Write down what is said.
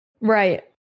Right